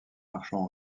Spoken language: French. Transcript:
marchands